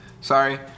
Sorry